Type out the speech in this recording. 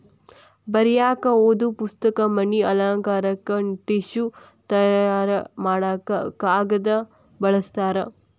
ಬರಿಯಾಕ ಓದು ಪುಸ್ತಕ, ಮನಿ ಅಲಂಕಾರಕ್ಕ ಟಿಷ್ಯು ತಯಾರ ಮಾಡಾಕ ಕಾಗದಾ ಬಳಸ್ತಾರ